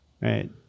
right